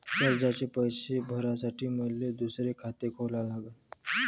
कर्जाचे पैसे भरासाठी मले दुसरे खाते खोला लागन का?